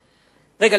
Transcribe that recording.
רגע,